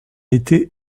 été